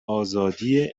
ازادی